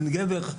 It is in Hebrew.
גבר?